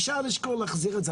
אפשר לשקול להחזיר את זה,